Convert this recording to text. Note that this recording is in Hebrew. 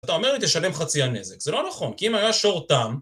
אתה אומר לי תשלם חצי הנזק, זה לא נכון, כי אם היה שור תם